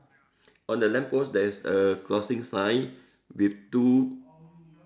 on the lamp post there's a crossing sign with two